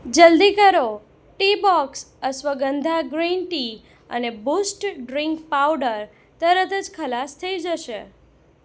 જલદી કરો Teabox ashwagandha green tea અને બૂસ્ટ ડ્રીંક પાવડર તરત જ ખલાસ થઇ જશે